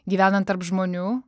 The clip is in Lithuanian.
gyvenant tarp žmonių